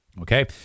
Okay